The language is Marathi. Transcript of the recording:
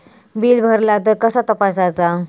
बिल भरला तर कसा तपसायचा?